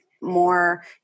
more